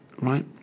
right